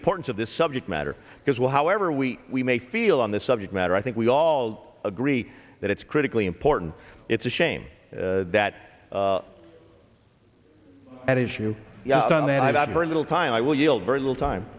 importance of this subject matter because well however we we may feel on this subject matter i think we all agree that it's critically important it's a shame that an issue on that i've had very little time i will yield very little time